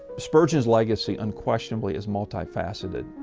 spurgeon's legacy unquestionably is multifaceted,